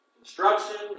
construction